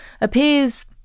appears